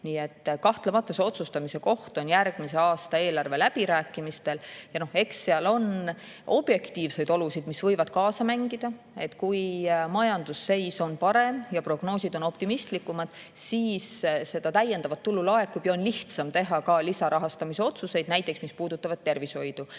Kahtlemata on see järgmise aasta eelarve läbirääkimistel otsustamise koht. Eks seal on objektiivseid olusid, mis võivad kaasa mängida. Kui majandusseis on parem ja prognoosid on optimistlikumad, siis laekub täiendavat tulu ja on lihtsam teha ka lisarahastamise otsuseid, näiteks neid, mis puudutavad tervishoidu.